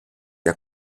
der